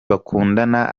bakundana